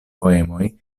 poemoj